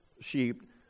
sheep